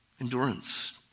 Endurance